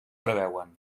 preveuen